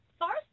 First